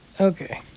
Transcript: Okay